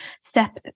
step